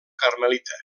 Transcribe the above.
carmelita